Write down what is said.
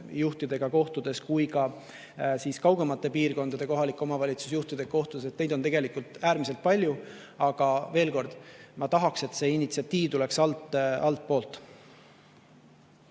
juhtidega kohtudes kui ka kaugemate piirkondade kohalike omavalitsuste juhtidega kohtudes, on äärmiselt palju. Aga veel kord: ma tahaks, et see initsiatiiv tuleks altpoolt.